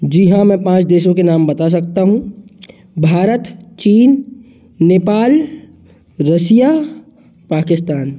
जी हाँ मै पाँच देशों के नाम बता सकता हूँ भारत चीन नेपाल रसिया पाकिस्तान